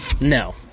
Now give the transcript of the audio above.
No